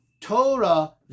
torah